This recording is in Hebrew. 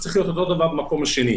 זה צריך להיות אותו הדבר במקום השני.